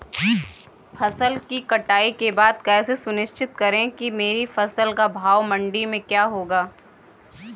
फसल की कटाई के बाद कैसे सुनिश्चित करें कि मेरी फसल का भाव मंडी में क्या होगा?